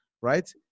right